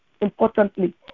importantly